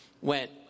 went